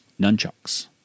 nunchucks